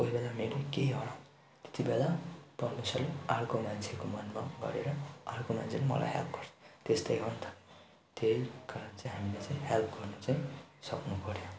कोही बेला मेरो पनि केही हराउँ त्यति बेला परमेश्वरले अर्को मान्छेको मनमा गरेर अर्को मान्छेले मलाई हेल्प गर्छ त्यस्तै हो नि त त्यही कारण चाहिँ हामीले चाहिँ हेल्प गर्नु चाहिँ सक्नुपर्यो